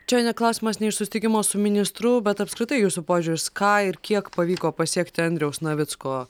čia ne klausimas ne iš susitikimo su ministru bet apskritai jūsų požiūris ką kiek pavyko pasiekti andriaus navicko